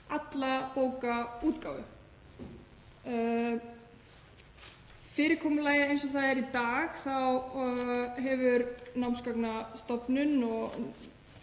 alla bókaútgáfu. Fyrirkomulagið eins og það er í dag er að Námsgagnastofnun og